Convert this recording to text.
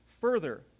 further